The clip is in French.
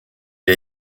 est